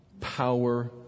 Power